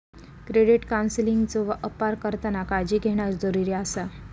credit काउन्सेलिंगचो अपार करताना काळजी घेणा जरुरी आसा